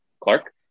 Clark